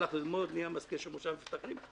הוא הלך ללמוד, נהיה מזכיר של מושב מבטחים.